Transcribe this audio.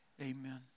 Amen